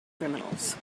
criminals